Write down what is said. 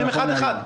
הולכים אחד אחד.